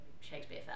Shakespeare